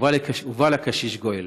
ובא לקשיש גואל.